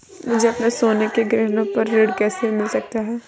मुझे अपने सोने के गहनों पर ऋण कहाँ से मिल सकता है?